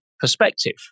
perspective